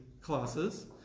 classes